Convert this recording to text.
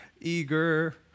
eager